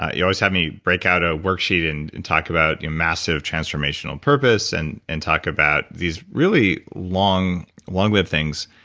you always have me break out a worksheet and and talk about massive transformational purpose and and talk about these really long, long-lived things.